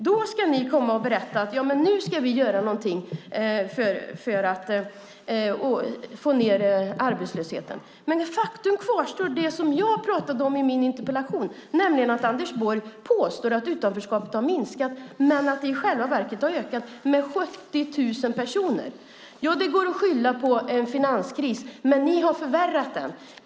Då ska ni komma och berätta: Nu ska vi göra någonting för att få ned arbetslösheten. Men faktum kvarstår. Det som jag pratade om i min interpellation, nämligen att Anders Borg påstår att utanförskapet har minskat men att det i själva verket har ökat med 70 000 personer, går att skylla på en finanskris, men ni har förvärrat den.